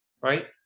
right